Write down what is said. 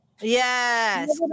yes